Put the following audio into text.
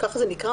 כך זה נקרא?